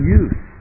use